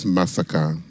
massacre